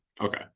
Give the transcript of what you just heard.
okay